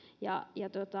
ja